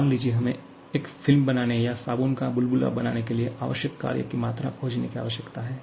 मान लीजिए हमें एक फिल्म बनाने या साबुन का बुलबुला बनाने के लिए आवश्यक कार्य की मात्रा खोजने की आवश्यकता है